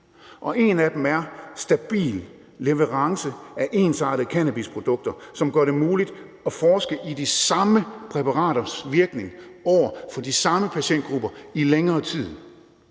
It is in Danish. en af dem er: Stabil leverance af ensartede cannabisprodukter, som gør det muligt at forske i de samme præparaters virkning over for de samme patientgrupper i længere tid.